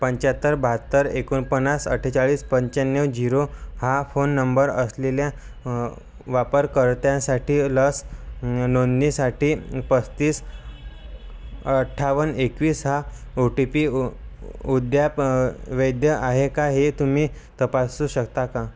पंच्याहत्तर बहात्तर एकोणपन्नास अठ्ठेचाळीस पंच्याण्णव झिरो हा फोन नंबर असलेल्या वापरकर्त्यांसाठी लस नोंदणीसाठी पस्तीस अठ्ठावन एकवीस हा ओ टी पी अद्याप वैध आहे का ते तुम्ही तपासू शकता का